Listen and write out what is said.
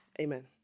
amen